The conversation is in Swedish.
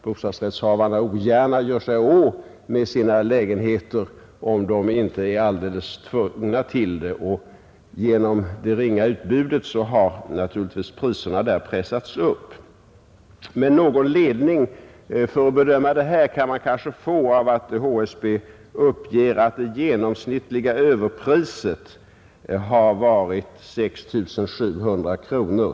Bostadsrättshavarna gör sig ju ogärna av med sina lägenheter om de inte är alldeles tvungna till det, och till följd av det obetydliga utbudet har naturligtvis priserna pressats upp. Men någon ledning för att kunna bedöma frågan kan man kanske få av HSB:s uppgift att det genomsnittliga överpriset har varit 6 700 kronor.